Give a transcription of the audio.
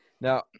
now